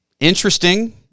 Interesting